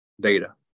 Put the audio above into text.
data